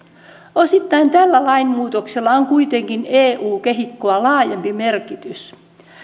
osittain tällä lainmuutoksella on kuitenkin eu kehikkoa laajempi merkitys